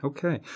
Okay